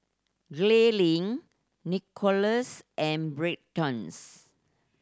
Gaylene Nikolas and Braxtons